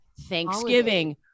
Thanksgiving